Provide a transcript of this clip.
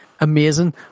amazing